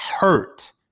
hurt